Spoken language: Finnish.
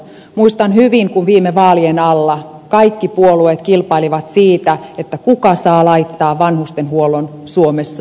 muistan hyvin kun viime vaalien alla kaikki puolueet kilpailivat siitä kuka saa laittaa vanhustenhuollon suomessa kuntoon